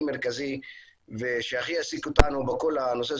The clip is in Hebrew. מרכזי ושהכי העסיק אותנו בכל הנושא,